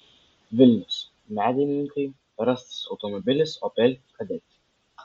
vilnius medininkai rastas automobilis opel kadett